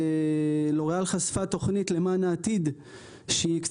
לוריאל חשפה תוכנית למען העתיד שהקצתה